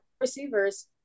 receivers